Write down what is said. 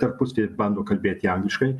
tarpusavy bando kalbėt jie angliškai